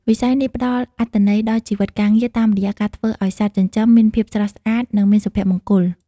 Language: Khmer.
វិស័យនេះផ្តល់អត្ថន័យដល់ជីវិតការងារ តាមរយៈការធ្វើឱ្យសត្វចិញ្ចឹមមានភាពស្រស់ស្អាត និងមានសុភមង្គល។